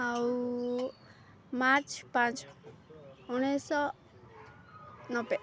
ଆଉ ମାର୍ଚ୍ଚ ପାଞ୍ଚ ଉଣେଇଶହ ନବେ